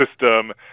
system